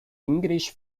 english